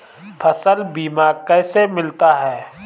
फसल बीमा कैसे मिलता है?